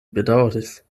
bedaŭris